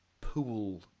pool